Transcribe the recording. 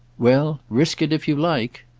well, risk it if you like!